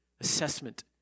assessment